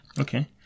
okay